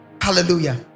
hallelujah